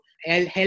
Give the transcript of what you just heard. help